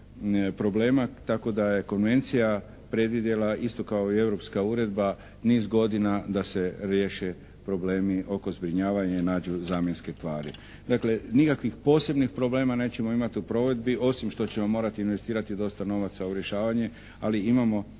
problema. Tako da je Konvencija predvidjela, isto kao i Europska uredba niz godina da se riješe problemi oko zbrinjavanja i nađu zamjenske tvari. Dakle, nikakvih posebnih problema nećemo imati u provedbi, osim što ćemo morati investirati dosta novaca u rješavanje, ali imamo